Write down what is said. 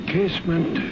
Casement